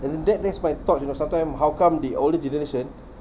and that makes my thought you know sometime how come the older generation